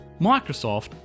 Microsoft